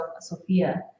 Sophia